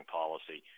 policy